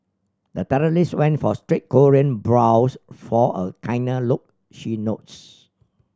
the terrorist went for straight Korean brows for a kinder look she notes